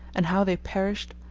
and how they perished,